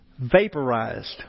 Vaporized